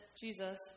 Jesus